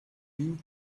you